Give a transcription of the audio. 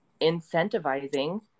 incentivizing